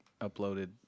uploaded